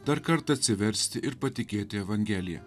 dar kartą atsiversti ir patikėti evangelija